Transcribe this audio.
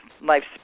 life